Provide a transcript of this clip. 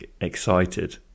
excited